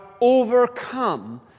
overcome